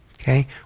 okay